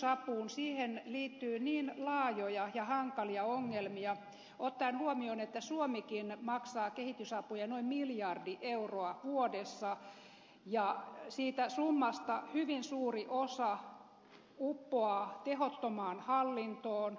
tähän kehitysapuun liittyy laajoja ja hankalia ongelmia ottaen huomioon että suomikin maksaa kehitysapuja noin miljardi euroa vuodessa ja siitä summasta hyvin suuri osa uppoa tehottomaan hallintoon